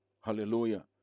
hallelujah